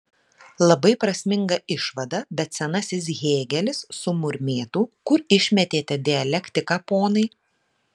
labai prasminga išvada bet senasis hėgelis sumurmėtų kur išmetėte dialektiką ponai